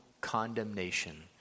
condemnation